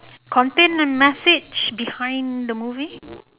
content and message behind the movie